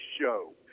show